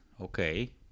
okay